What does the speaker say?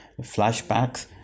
flashbacks